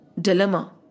dilemma